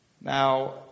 Now